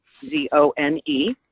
Z-O-N-E